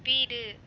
வீடு